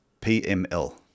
PML